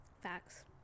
Facts